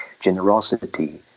generosity